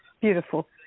Beautiful